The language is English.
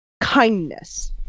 kindness